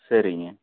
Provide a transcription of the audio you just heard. சரிங்க